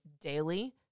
daily